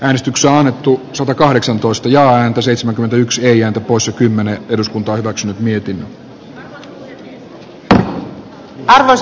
äänestyksen alettua satakahdeksantoista ja anki seitsemänkymmentäyksi ja osa kymmenen eduskunta arvoisa puhemies